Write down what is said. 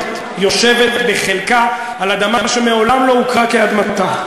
יושבת בחלקה על אדמה שמעולם לא הוכרה כאדמתה,